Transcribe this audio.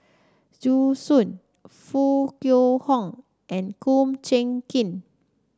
Zhu Xu Foo Kwee Horng and Kum Chee Kin